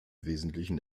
wesentlichen